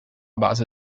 base